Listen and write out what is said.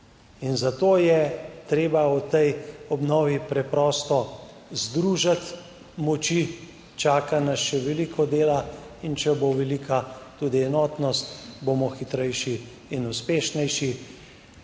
zato je treba v tej obnovi preprosto združiti moči, čaka nas še veliko dela in če bo velika tudi enotnost, bomo hitrejši in uspešnejši.